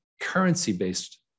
currency-based